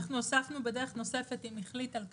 אנחנו הוספנו בדרך נוספת אם החליט על כך.